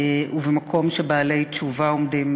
ובמקום שבעלי תשובה עומדים,